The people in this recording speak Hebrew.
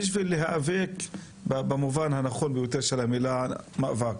בשביל להיאבק במובן הנכון ביותר של המילה מאבק.